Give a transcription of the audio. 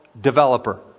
developer